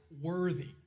worthy